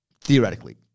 theoretically